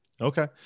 Okay